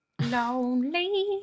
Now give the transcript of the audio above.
Lonely